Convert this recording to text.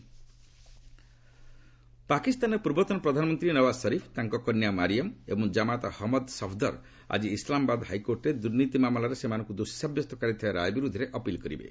ନୱାଜ୍ ସରିଫ୍ ପାକିସ୍ତାନର ପୂର୍ବତନ ପ୍ରଧାନମନ୍ତ୍ରୀ ନୱାଜ୍ ସରିଫ୍ ତାଙ୍କ କନ୍ୟା ମାରିୟମ୍ ଏବଂ ଜାମାତା ମହମ୍ମଦ ସଫ୍ଦର ଆକି ଇସଲାମାବାଦ୍ ହାଇକୋର୍ଟରେ ଦୁର୍ନୀତି ମାମଲାରେ ସେମାନଙ୍କୁ ଦୋଷୀ ସାବ୍ୟସ୍ତ କରାଇଥିବା ରାୟ ବିରୁଦ୍ଧରେ ଅପିଲ୍ କରିବେ